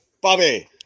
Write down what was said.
Bobby